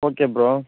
okay bro